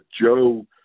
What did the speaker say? Joe